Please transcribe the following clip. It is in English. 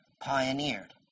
pioneered